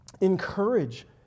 encourage